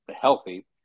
healthy